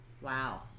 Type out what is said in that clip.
Wow